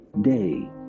day